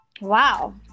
wow